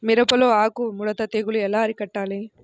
మిరపలో ఆకు ముడత తెగులు ఎలా అరికట్టాలి?